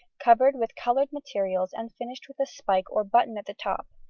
covered with coloured materials and finished with a spike or button at the top,